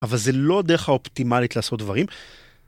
אבל זה לא הדרך האופטימלית לעשות דברים.